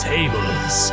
Tables